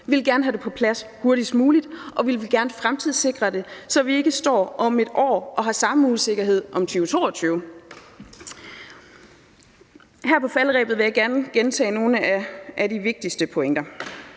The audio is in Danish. Vi vil gerne have det på plads hurtigst muligt, og vi vil gerne fremtidssikre det, så vi ikke står om et år og har samme usikkerhed om 2022. Her på falderebet vil jeg gerne gentage nogle af de vigtigste pointer.